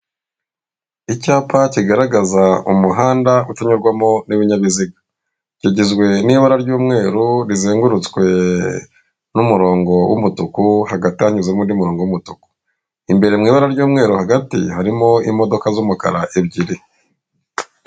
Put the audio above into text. Icyapa kigaragaza umuhanda utanyurwamo n'ibinyabiziga, kigizwe n'ibara ry'umweru rizengurutswe n'umurongo w'umutuku, hagati hanyuzemo undi umurongo w'umutuku, imbere mu ibara ry'umweru hagati harimo imodoka z'umukara ebyiri.